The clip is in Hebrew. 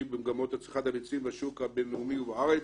במגמות צריכת הביצים בשוק הבין-לאומי ובארץ.